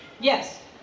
Yes